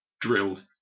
drilled